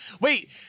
wait